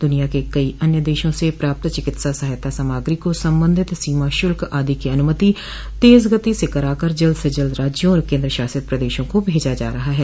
दुनिया के अन्य देशों से प्राप्त चिकित्सा सहायता सामग्री को संबंधित सीमा श्र्ल्क आदि की अनुमति तेज गति से कराकर जल्द से जल्द राज्यों और केन्द्र शासित प्रदेशों को भेजी जा रहो है